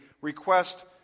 request